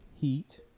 Heat